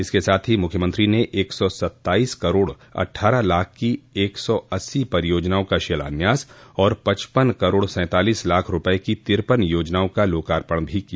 इसके साथ ही मुख्यमंत्री ने एक सौ सत्ताईस करोड़ अट्ठारह लाख की एक सौ अस्सी परियोजनाओं का शिलान्यास और पचपन करोड़ सैंतालिस लाख रूपये की तिरपन योजनाओं का लोकार्पण भी किया